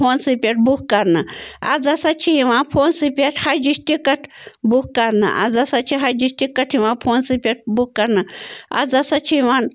فونسٕے پٮ۪ٹھ بُک کرنہٕ آز ہسا چھِ یِوان فونسٕے پٮ۪ٹھ حجِچ ٹِکَٹ بُک کرنہٕ آز ہسا چھِ حجِچ ٹِکَٹ یِوان فونسٕے پٮ۪ٹھ بُک کرنہٕ آز ہسا چھِ یِوان